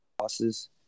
losses